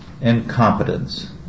incompetence